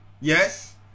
Yes